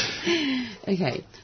Okay